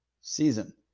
season